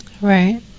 Right